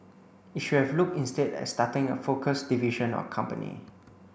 it should have looked instead at starting a focused division or company